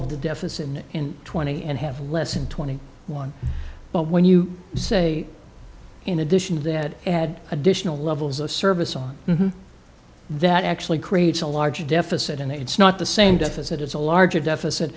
of the deficit in twenty and have less than twenty one when you say in addition to that it had additional levels of service that actually creates a large deficit and it's not the same deficit it's a larger deficit